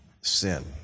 sin